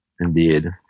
Indeed